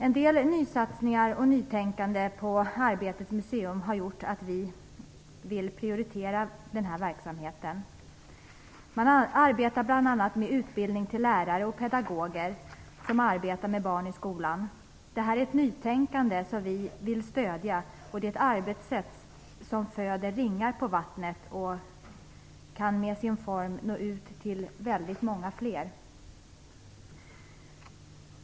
En del nysatsningar och nytänkande på Arbetets museum har gjort att vi vill prioritera denna verksamhet. Man arbetar bl.a. med utbildning av lärare och pedagoger som arbetar med barn i skolan. Det här är ett nytänkande som vi vill stödja, och det är ett arbetssätt som sprider ringar på vattnet och som med sin form kan nå ut till väldigt många fler.